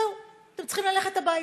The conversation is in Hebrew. זהו, אתם צריכים ללכת הביתה.